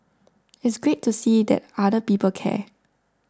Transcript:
it's great to see that other people care